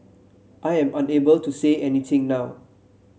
I am unable to say anything now